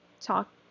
talk